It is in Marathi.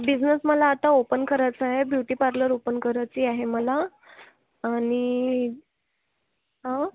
बिजनेस मला आता ओपन करायचं आहे ब्युटी पार्लर ओपन करायची आहे मला आणि आं